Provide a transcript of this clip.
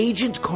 Agent